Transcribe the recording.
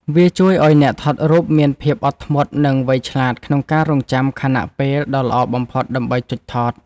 វាជួយឱ្យអ្នកថតរូបមានភាពអត់ធ្មត់ និងវៃឆ្លាតក្នុងការរង់ចាំខណៈពេលដ៏ល្អបំផុតដើម្បីចុចថត។